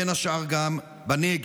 בין השאר גם בנגב.